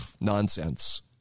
Nonsense